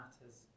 Matters